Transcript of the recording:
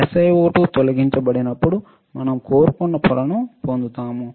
SiO2 తొలగించబడినప్పుడు మనం కోరుకున్న పొరను పొందుతాము